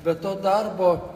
be to darbo